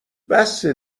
بسه